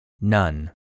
None